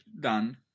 done